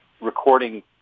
recording